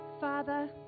Father